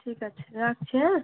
ঠিক আছে রাখছি হ্যাঁ